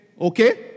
Okay